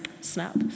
snap